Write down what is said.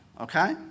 Okay